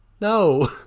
No